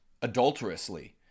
adulterously